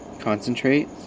concentrate